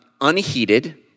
unheated